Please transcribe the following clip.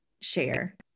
share